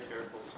careful